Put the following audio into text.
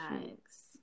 Thanks